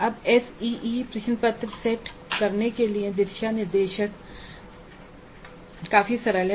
अब एसईई प्रश्न पत्र सेट करने के लिए दिशानिर्देश काफी सरल हैं